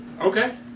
Okay